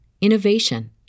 innovation